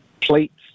plates